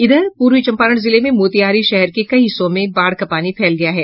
इधर पूर्वी चम्पारण जिले में मोतिहारी शहर के कई हिस्सों में बाढ़ का पानी फैल गया है